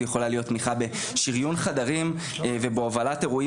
היא יכולה להיות תמיכה בשיריון חדרים ובהובלת אירועים